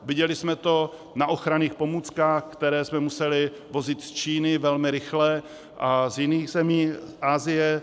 Viděli jsme to na ochranných pomůckách, které jsme museli vozit z Číny velmi rychle, a z jiných zemí Asie.